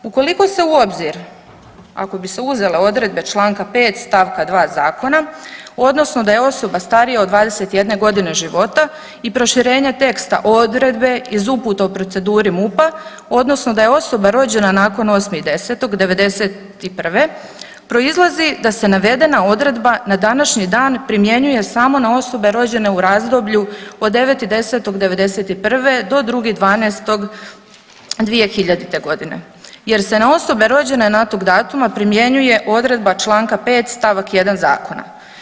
Ukoliko se u obzir ako bi se uzele odredbe čl. 5. st. 2. zakona odnosno da je osoba starija od 21.g. života i proširenja teksta odredbe iz uputa o proceduri MUP-a odnosno da je osoba rođena nakon 8.10.'91. proizlazi da se navedena odredba na današnji dan primjenjuje samo na osobe rođene u razdoblju od 9.10.'91. do 2.12.2000.g. jer se na osobe rođene nakon toga datuma primjenjuje odredba čl. 5. st. 1. zakona.